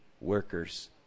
workers